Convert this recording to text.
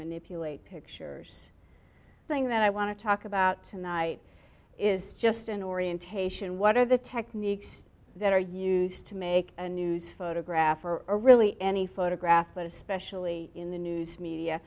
manipulate pictures thing than i want to talk about tonight is just an orientation what are the techniques that are used to make a news photograph or really any photograph but especially in the news media